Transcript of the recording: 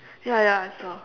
ya ya I saw